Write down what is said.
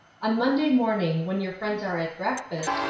on monday morning, when your friends are at breakfast,